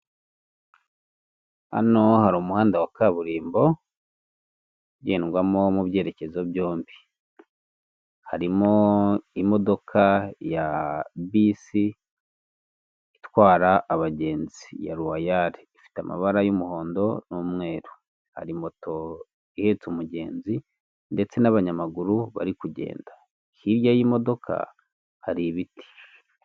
Hano hari umuhanda wa kaburimbo ugendwamo mu byerekezo byombi, harimo imodoka ya bisi itwara abagenzi ya rowayali, ifite amabara y'umuhondo n'umweru, hari moto ihetse umugenzi ndetse n'abanyamaguru bari kugenda hirya y'imodoka hari ibiti.